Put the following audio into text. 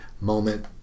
moment